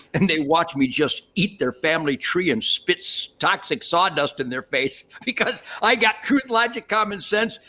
and they watch me just eat their family tree and spit so toxic saw dust in their face because i got truth, logic, common sense.